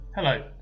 Hello